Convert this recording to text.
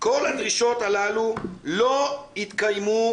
כל הדרישות הללו לא התקיימו,